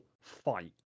fight